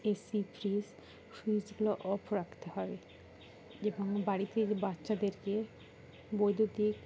AC fridge ফুইচগুলো off রাখতে হয় এবং বাড়িতে যে বাচ্চাদেরকে বৈদ্যুতিক